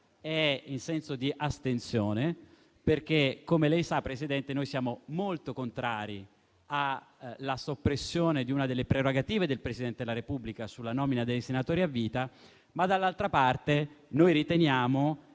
è in senso di astensione. Come lei sa, signor Presidente, noi siamo molto contrari alla soppressione di una delle prerogative del Presidente della Repubblica, sulla nomina dei senatori a vita. Dall'altra parte, noi riteniamo